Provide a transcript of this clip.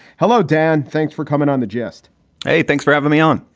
hello, dan, thanks for coming on the gist hey, thanks for having me on.